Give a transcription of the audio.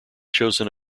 chosen